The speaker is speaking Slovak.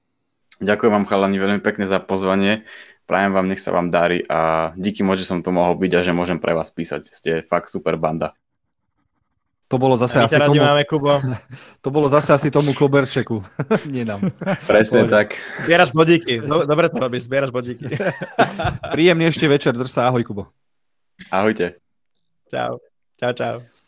Ďakujem vám, chalani, veľmi pekne za pozvanie. Prajem vám, nech sa vám darí a díky moc, že som tu mohol byť a že môžem pre vás písať. Ste fakt super banda. To bolo zase A my ťa asi radi tomu- máme, Kubo. To bolo zase asi tomu koberčeku. Nie nám. Presne Pohode. tak. Zbieraš bodíky. Do- dobre to robíš, zbieraš bodíky. Príjemný ešte večer, drž sa, ahoj, Kubo. Ahojte. Čau. Čau, čau.